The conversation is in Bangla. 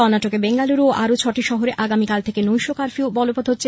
কর্ণাটকে বেঙ্গাল্পুরু এববং আরো ছটি শহরে আগামীকাল থেকে নৈশ কার্ফিউ বলবত হচ্ছে